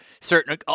certain